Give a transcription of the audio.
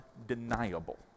undeniable